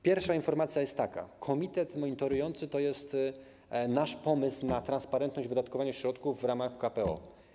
Pierwsza informacja jest taka: komitet monitorujący to jest nasz pomysł na transparentność wydatkowania środków w ramach KPO.